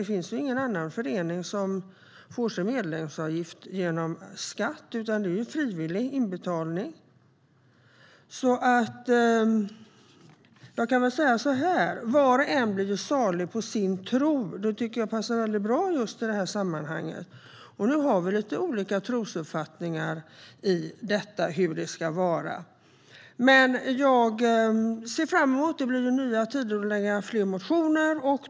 Det finns ingen annan förening som får sin medlemsavgift genom skatt, utan då är det frivilliga inbetalningar. Var och en blir salig på sin tro. Det tycker jag passar väldigt bra just i det här sammanhanget. Vi har lite olika trosuppfattningar om hur detta ska vara. Men jag ser fram emot nya tider och fler motioner.